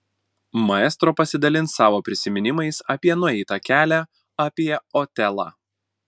maestro pasidalins savo prisiminimais apie nueitą kelią apie otelą